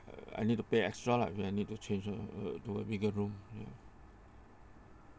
I need to pay extra lah when I need to change a to a bigger room yup